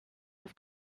have